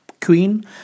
queen